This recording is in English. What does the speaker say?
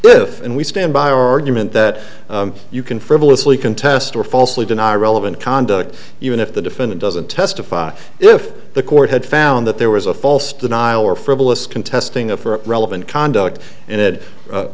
live and we stand by our argument that you can frivolously contest or falsely deny relevant conduct even if the defendant doesn't testify if the court had found that there was a false denial or frivolous contesting a for relevant conduct and